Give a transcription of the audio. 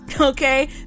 Okay